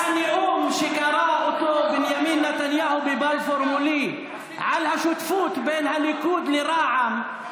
את הנאום שקרא בנימין נתניהו בבלפור מולי על השותפות בין הליכוד לרע"מ,